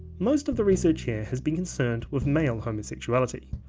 most of the research here has been concerned with male homosexuality,